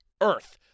earth